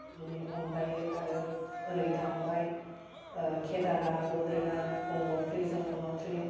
बिनि अनगायै आरो ओरै थांबाय केदारनाथ बद्रिनाथ गंगत्रि जमुनत्रि